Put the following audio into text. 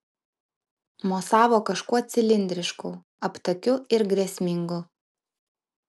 mosavo kažkuo cilindrišku aptakiu ir grėsmingu